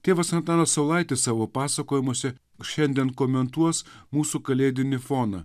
tėvas antanas saulaitis savo pasakojimuose šiandien komentuos mūsų kalėdinį foną